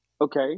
okay